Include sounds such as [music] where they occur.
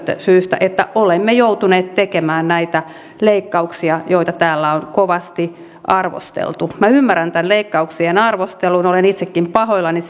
syystä että olemme joutuneet tekemään näitä leikkauksia joita täällä on kovasti arvosteltu minä ymmärrän tämän leikkauksien arvostelun olen itsekin pahoillani [unintelligible]